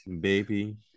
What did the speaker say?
Baby